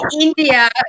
india